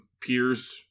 peers